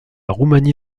roumanie